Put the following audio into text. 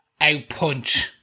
outpunch